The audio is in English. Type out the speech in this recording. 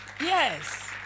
Yes